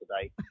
today